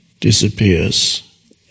disappears